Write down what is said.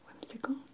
whimsical